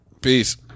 Peace